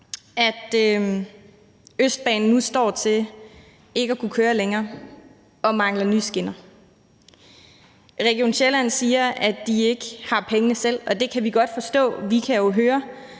at Østbanen nu står til ikke at kunne køre længere og mangler nye skinner. Region Sjælland siger, at de ikke har pengene selv, og det kan vi godt forstå. Vi kan jo høre